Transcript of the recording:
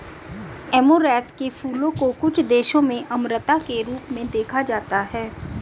amaranth के फूलों को कुछ देशों में अमरता के रूप में देखा जाता है